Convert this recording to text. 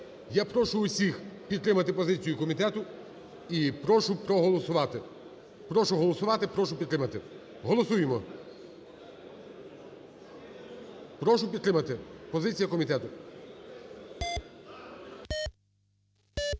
Я прошу усіх підтримати позицію комітету і прошу проголосувати. Прошу голосувати, прошу підтримати. Голосуємо. Прошу підтримати позицію комітету.